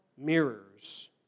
mirrors